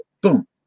Boom